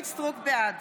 בעד